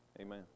Amen